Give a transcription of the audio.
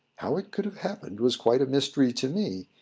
how it could have happened was quite a mystery to me,